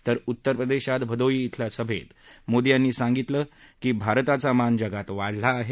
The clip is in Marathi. तर उत्तर प्रदेशात भदोही ॐल्या सभेत मोदी यांनी सांगितलं की भारताचा मान जगात वाढला आहे